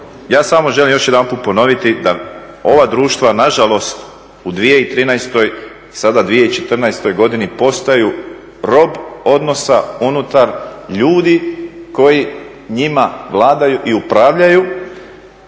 Ja samo želim još jedanput ponoviti da ova društva na žalost u 2013., sada 2014. godini postaju rob odnosa unutar ljudi koji njima vladaju i upravljaju